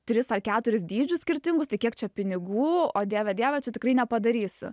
tris ar keturis dydžius skirtingus tai kiek čia pinigų o dieve dieve čia tikrai nepadarysiu